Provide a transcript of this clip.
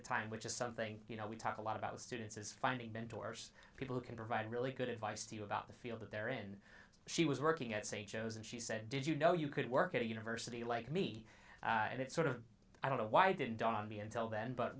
the time which is something you know we talk a lot about with students is finding mentors people who can provide really good advice to you about the field that they're in she was working at st joe's and she said did you know you could work at a university like me and it sort of i don't know why didn't dawn on me until then but